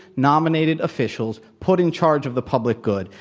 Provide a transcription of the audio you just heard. nominated officials, put in charge of the public good.